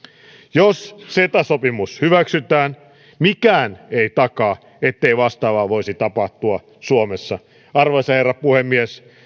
jos ceta sopimus hyväksytään mikään ei takaa ettei vastaavaa voisi tapahtua suomessa arvoisa herra puhemies